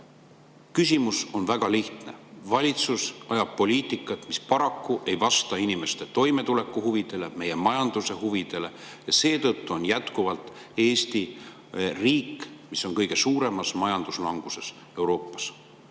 Küsimus on väga lihtne. Valitsus ajab poliitikat, mis paraku ei vasta inimeste toimetulekuhuvidele ja meie majanduse huvidele. Seetõttu on Eesti jätkuvalt riik, mis on Euroopas kõige suuremas majanduslanguses. Proua